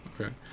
Okay